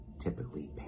typically